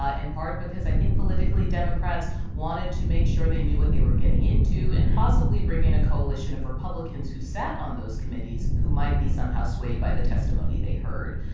ah in part because i think, politically, democrats wanted to make sure they knew what they were getting into and possibly bring in a coalition of republicans who sat on those committees who might be somehow swayed by the testimony they heard.